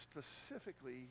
specifically